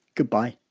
goodbye,